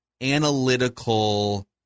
analytical